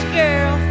girl